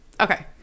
Okay